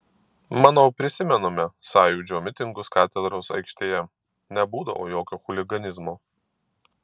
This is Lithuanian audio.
manau prisimename sąjūdžio mitingus katedros aikštėje nebūdavo jokio chuliganizmo